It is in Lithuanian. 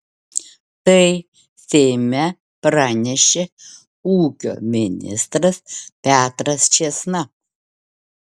tai seime pranešė ūkio ministras petras čėsna